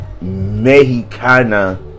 Mexicana